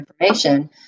information